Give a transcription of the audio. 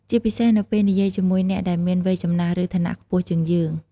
ជាពិសេសនៅពេលនិយាយជាមួយអ្នកដែលមានវ័យចំណាស់ ឬឋានៈខ្ពស់ជាងយើង។